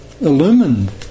Illumined